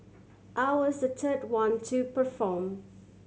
I was the third one to perform